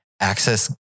Access